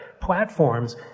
platforms